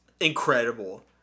incredible